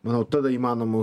manau tada įmanoma